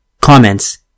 Comments